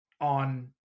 on